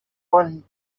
one